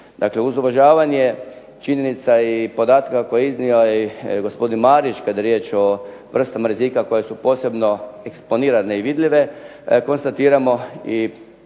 uz uvažavanje činjenica i podataka koje je iznio i gospodin Marić kada je riječ o vrstama rizika koje su posebno eksponirane i vidljive, konstatiramo i